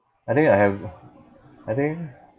I think I have I think